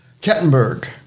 Kettenberg